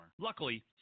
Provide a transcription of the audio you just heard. Luckily